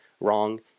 wrong